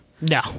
No